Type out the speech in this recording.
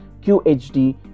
QHD